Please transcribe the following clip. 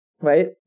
Right